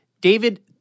David